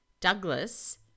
Douglas